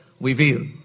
revealed